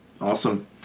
Awesome